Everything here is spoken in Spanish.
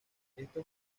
esto